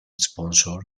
sponsor